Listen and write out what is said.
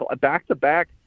back-to-back